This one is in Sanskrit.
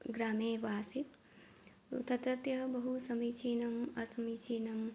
ग्रामेवासीत् तत्रत्त्यः बहु समीचीनम् असमीचीनं